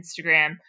Instagram